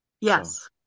Yes